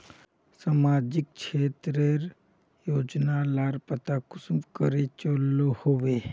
सामाजिक क्षेत्र रेर योजना लार पता कुंसम करे चलो होबे?